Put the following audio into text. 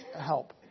help